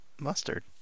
mustard